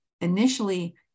initially